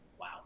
Wow